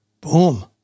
boom